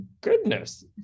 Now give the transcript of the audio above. goodness